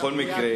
בכל מקרה,